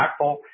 impactful